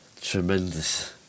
Tremendous